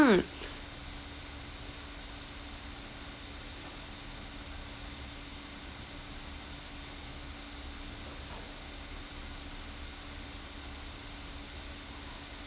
mm